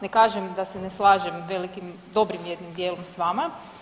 Ne kažem da se ne slažem velikim, dobrim jednim dijelom s vama.